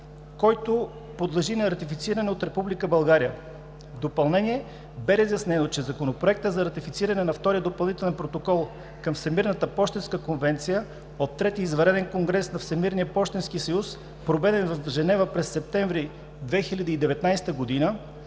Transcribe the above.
който подлежи на ратифициране от Република България. В допълнение бе разяснено, че Законопроектът за ратифициране на Втория допълнителен протокол към Всемирната пощенска конвенция от третия извънреден конгрес на Всемирния пощенски съюз, проведен в Женева през септември 2019 г.,